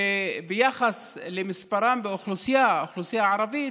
שביחס למספרם באוכלוסייה, האוכלוסייה הערבית,